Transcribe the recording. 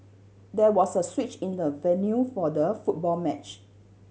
there was a switch in the venue for the football match